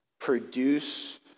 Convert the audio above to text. produce